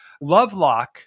Lovelock